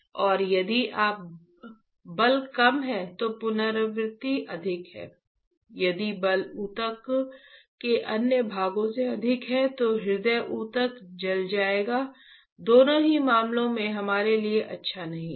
और यदि बल कम है तो पुनरावृत्ति अधिक है यदि बल ऊतक के अन्य भागों से अधिक है तो हृदय ऊतक जल जाएगा दोनों ही मामलों में हमारे लिए अच्छा नहीं है